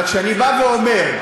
אבל כשאני בא ואומר: